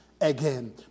again